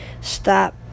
stop